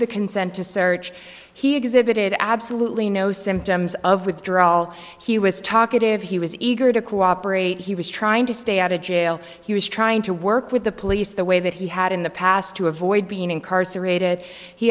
the consent to search he exhibited absolutely no symptoms of withdrawal he was talkative he was eager to cooperate he was trying to stay out of jail he was trying to work with the police the way that he had in the past to avoid being incarcerated he